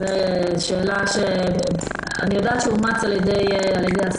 אני יודעת שהוא אומץ על ידי השר.